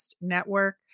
Network